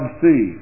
see